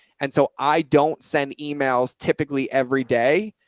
and so i don't send emails typically every day.